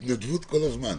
ככל שהדבר הזה ייעשה,